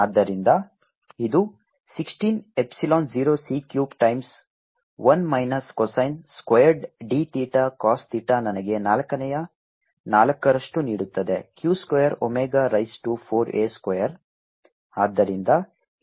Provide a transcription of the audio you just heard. Sq24A23220c3 r2Powerarea Total power q24A23220c3 r2dcosθdϕr2q24A23220c3×2π 111 cos2dcosθ ಆದ್ದರಿಂದ ಇದು 16 epsilon 0 c cube times 1 minus cosine squared d theta cos theta ನನಗೆ ನಾಲ್ಕನೇ ನಾಲ್ಕರಷ್ಟು ನೀಡುತ್ತದೆ q square omega raise to 4 a square